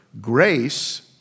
grace